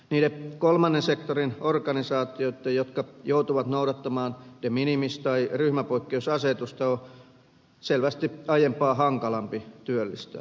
niiden kolmannen sektorin organisaatioitten jotka joutuvat noudattamaan de minimis tai ryhmäpoikkeusasetusta on selvästi aiempaa hankalampi työllistää